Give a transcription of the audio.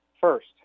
First